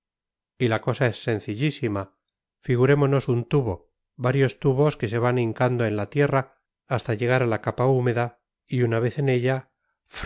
y la cosa es sencillísima figurémonos un tubo varios tubos que se van hincando en la tierra hasta llegar a la capa húmeda y una vez en ella